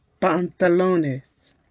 pantalones